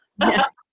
Yes